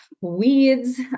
weeds